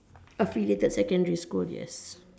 affiliated secondary school yes